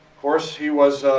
course he was